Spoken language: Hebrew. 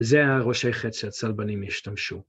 זה הראשי חץ שהצלבנים השתמשו.